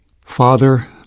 Father